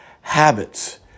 habits